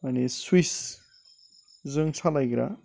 मानि सुविसजों सालायग्रा